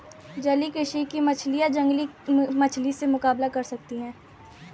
जलीय कृषि की मछलियां जंगली मछलियों से मुकाबला कर सकती हैं